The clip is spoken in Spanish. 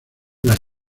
las